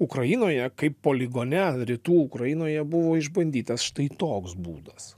ukrainoje kaip poligone rytų ukrainoje buvo išbandytas štai toks būdas